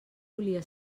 volia